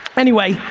anyway,